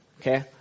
Okay